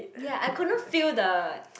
ya I could not feel the